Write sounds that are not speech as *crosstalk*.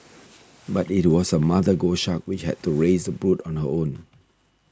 *noise* but it was the mother goshawk which had to raise the brood on her own